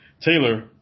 Taylor